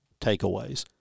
takeaways